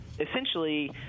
essentially